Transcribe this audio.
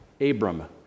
Abram